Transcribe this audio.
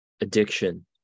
addiction